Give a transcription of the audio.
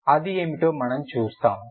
అది ఏమిటో మనం చూస్తాము